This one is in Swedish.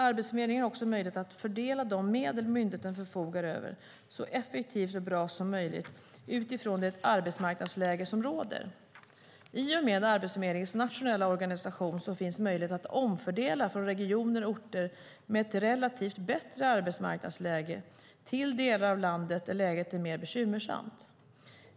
Arbetsförmedlingen har också möjlighet att fördela de medel myndigheten förfogar över så effektivt och bra som möjligt utifrån det arbetsmarknadsläge som råder. I och med Arbetsförmedlingens nationella organisation finns möjlighet att omfördela från regioner och orter med ett relativt bättre arbetsmarknadsläge till delar av landet där läget är mer bekymmersamt.